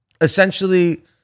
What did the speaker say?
Essentially